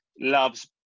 loves